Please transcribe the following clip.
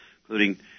including